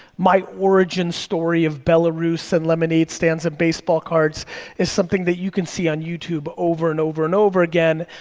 my origin story of belarus and lemonade stands and baseball cards is something that you can see on youtube over and over and over again,